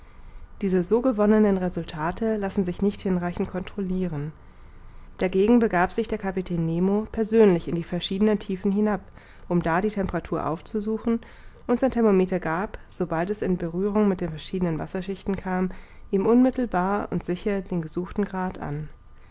diese so gewonnenen resultate lassen sich nicht hinreichend controliren dagegen begab sich der kapitän nemo persönlich in die verschiedenen tiefen hinab um da die temperatur aufzusuchen und sein thermometer gab sobald es in berührung mit den verschiedenen wasserschichten kam ihm unmittelbar und sicher den gesuchten grad an